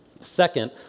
Second